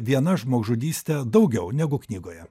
viena žmogžudyste daugiau negu knygoje